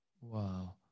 Wow